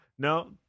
No